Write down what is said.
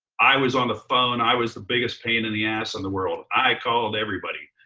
i was on the phone. i was the biggest pain in the ass in the world. i called everybody.